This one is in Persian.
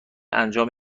انجام